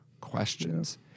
questions